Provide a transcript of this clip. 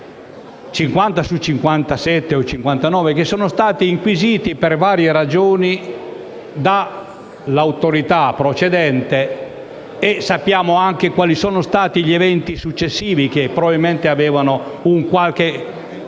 (50 su 59), inquisiti per varie ragioni dall'autorità procedente, e sappiamo anche quali sono stati gli eventi successivi, che probabilmente avevano una qualche